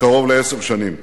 קרוב לעשר שנים.